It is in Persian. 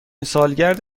سالگرد